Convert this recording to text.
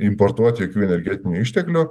importuoti jokių energetinių išteklių